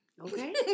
Okay